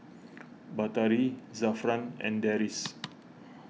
Batari Zafran and Deris